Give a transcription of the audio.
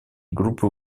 группы